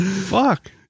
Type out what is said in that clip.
fuck